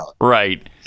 Right